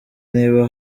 niba